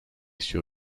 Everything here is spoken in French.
sur